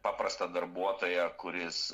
paprastą darbuotoją kuris